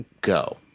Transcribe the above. Go